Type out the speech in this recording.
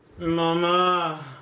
Mama